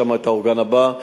שם אשים את האורגן הבא.